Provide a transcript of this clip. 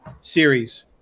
series